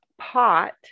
pot